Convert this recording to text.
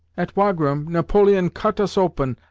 at wagram, napoleon cut us open,